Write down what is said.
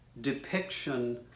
depiction